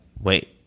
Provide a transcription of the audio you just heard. wait